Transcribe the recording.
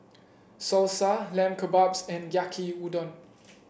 Salsa Lamb Kebabs and Yaki Udon